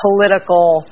political